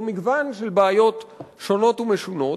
או מגוון של בעיות שונות ומשונות,